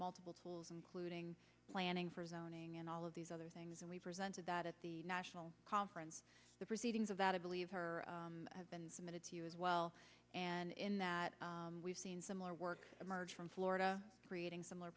multiple tools including planning for zoning and all of these other things and we presented that at the national conference the proceedings of that i believe her have been submitted to you as well and in that we've seen similar work emerge from florida creating similar